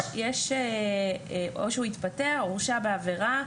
יש או שהוא "התפטר או הורשע בעבירה",